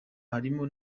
harimo